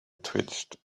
twitched